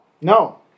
no